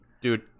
dude